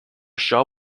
shaw